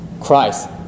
Christ